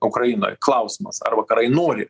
ukrainoj klausimas ar vakarai nori